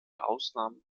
ausnahmen